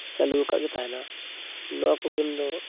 ᱪᱟᱹᱞᱩᱣᱟᱠᱟᱫ ᱜᱮ ᱛᱮᱦᱮᱱᱟ ᱱᱚᱣᱟᱠᱚ ᱜᱮᱢᱫᱚ